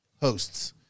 hosts